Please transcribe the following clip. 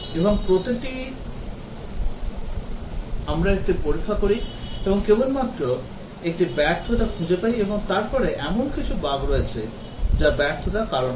এবং প্রতিটি আমরা একটি পরীক্ষা করি এবং কেবলমাত্র একটি ব্যর্থতা খুঁজে পাই এবং তারপরে এমন কিছু বাগ রয়েছে যা ব্যর্থতার কারণ হয়